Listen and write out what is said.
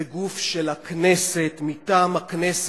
זה גוף של הכנסת מטעם הכנסת,